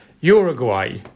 Uruguay